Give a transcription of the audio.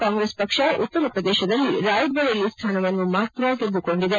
ಕಾಂಗ್ರೆಸ್ ಪಕ್ಷ ಉತ್ತರ ಪ್ರದೇಶದಲ್ಲಿ ರಾಯ್ಬರೇಲಿ ಸ್ಥಾನವನ್ನು ಮಾತ್ರ ಗೆದ್ದುಕೊಂಡಿದೆ